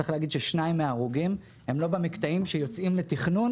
שניים מההרוגים הם לא במקטעים שיוצאים לתכנון,